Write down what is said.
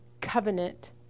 covenant